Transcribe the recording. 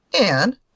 And